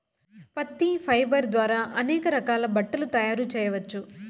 పత్తి ఫైబర్ ద్వారా అనేక రకాల బట్టలు తయారు చేయచ్చు